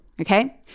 okay